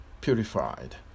purified